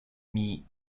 mis